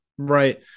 Right